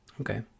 Okay